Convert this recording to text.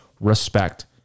Respect